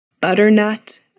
Butternut